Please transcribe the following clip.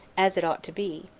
as it ought to be,